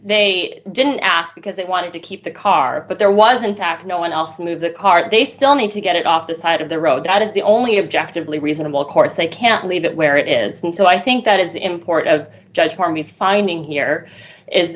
they didn't ask because they wanted to keep the car but there was in fact no one else move the car they still need to get it off the side of the road that is the only objective lee reasonable course they can't leave it where it is and so i think that is important of judge for me finding here is